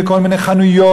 וכל מיני חנויות,